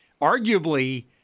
arguably